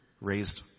raised